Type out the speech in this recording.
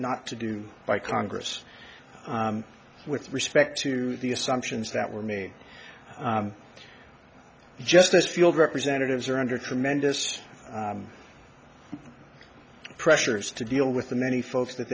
not to do by congress with respect to the assumptions that were made just as field representatives are under tremendous pressures to deal with the many folks that